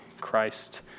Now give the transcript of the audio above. Christ